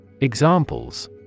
Examples